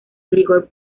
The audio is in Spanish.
rigor